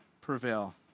prevail